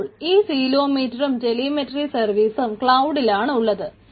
അപ്പൊൾ ഈ സിലോമീറ്ററും ടെലിമെട്രിക് സർവീസും ക്ലൌഡിലാണ് ഉള്ളത്